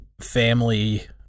family